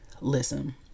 listen